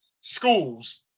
schools